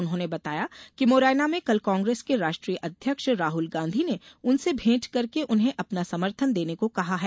उन्होंने बताया कि मुरैना में कल कांग्रेस के राष्ट्रीय अध्यक्ष राहल गांधी ने उनसे भेंट करके उन्हें अपना समर्थन देने को कहा है